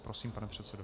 Prosím, pane předsedo.